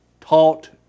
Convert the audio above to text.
taught